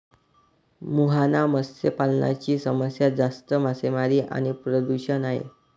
मुहाना मत्स्य पालनाची समस्या जास्त मासेमारी आणि प्रदूषण आहे